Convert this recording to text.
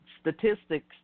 statistics